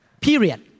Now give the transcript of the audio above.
Period